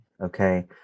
Okay